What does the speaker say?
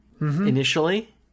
initially